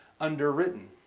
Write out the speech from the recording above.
underwritten